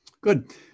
Good